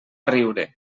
riure